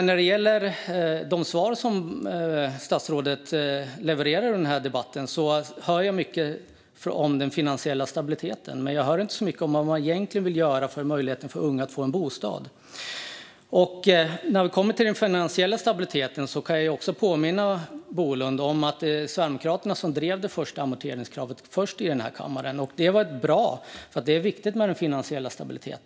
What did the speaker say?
När det gäller de svar som statsrådet levererar i debatten hör jag mycket om den finansiella stabiliteten. Men jag hör inte särskilt mycket om vad man egentligen vill göra för att öka möjligheterna för unga att få en bostad. I fråga om den finansiella stabiliteten kan jag påminna Bolund om att Sverigedemokraterna var först i kammaren med att driva frågan om ett amorteringskrav. Det har varit bra. Det är viktigt med finansiell stabilitet.